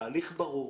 תהליך ברור,